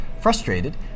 Frustrated